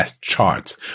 charts